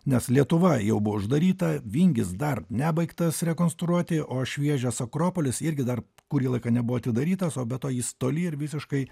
nes lietuva jau buvo uždaryta vingis dar nebaigtas rekonstruoti o šviežias akropolis irgi dar kurį laiką nebuvo atidarytas o be to jis toli ir visiškai